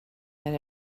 and